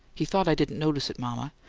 he thought i didn't notice it. mama,